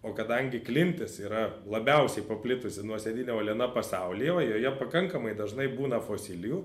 o kadangi klintis yra labiausiai paplitusi nuosėdinė uoliena pasaulyje o joje pakankamai dažnai būna fosilijų